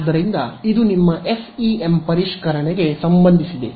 ಆದ್ದರಿಂದ ಇದು ನಿಮ್ಮ ಎಫ್ಇಎಂ ಪರಿಷ್ಕರಣೆಗೆ ಸಂಬಂಧಿಸಿದೆ